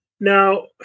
Now